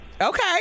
okay